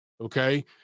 Okay